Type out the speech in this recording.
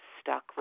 stuck